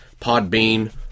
Podbean